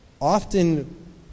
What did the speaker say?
often